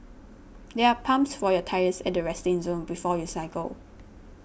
there are pumps for your tyres at the resting zone before you cycle